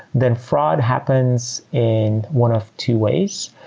then fraud happens in one of two ways,